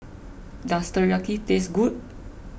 does Teriyaki taste good